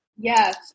Yes